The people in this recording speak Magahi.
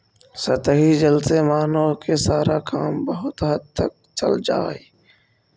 सतही जल से मानव के सारा काम बहुत हद तक चल जा हई